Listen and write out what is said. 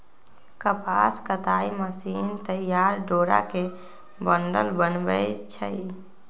कपास कताई मशीन तइयार डोरा के बंडल बनबै छइ